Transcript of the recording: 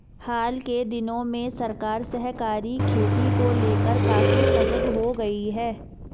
हाल के दिनों में सरकार सहकारी खेती को लेकर काफी सजग हो गई है